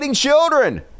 children